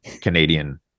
Canadian